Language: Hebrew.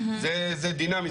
זה דינמי,